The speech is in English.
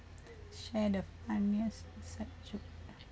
share the funniest